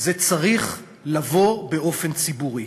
זה צריך לבוא באופן ציבורי,